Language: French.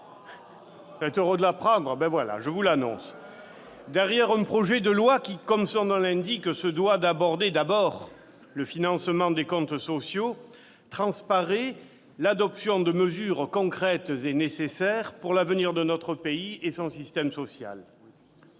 Vous êtes heureux de l'apprendre, mes chers collègues : je vous l'annonce ! Derrière un projet de loi qui, comme son nom l'indique, se doit d'aborder en premier lieu le financement des comptes sociaux transparaît l'adoption de mesures concrètes et nécessaires pour l'avenir de notre pays et de son système social.